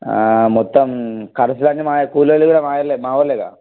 మొత్తం ఖర్చులన్నీ మావే కూలోళ్ళు కూడా మావాళ్ళే మావాళ్ళేగా